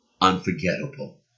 unforgettable